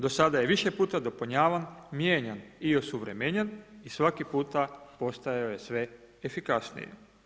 Do sada je više puta dopunjavan, mijenjan i osuvremenjen i svaki puta postajao je sve efikasniji.